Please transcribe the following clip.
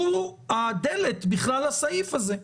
הוא הדלת בכלל לסעיף הזה.